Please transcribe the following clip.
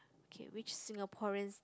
okay which Singaporeans